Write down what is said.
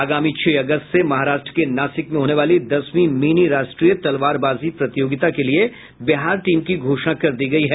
आगामी छह अगस्त से महाराष्ट्र के नासिक में होने वाली दसवीं मिनी राष्ट्रीय तलवारबाजी प्रतियोगिता के लिये बिहार टीम की घोषणा कर दी गयी है